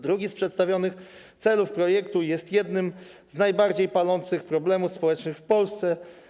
Drugi z przedstawionych celów projektu to jeden z najbardziej palących problemów społecznych w Polsce.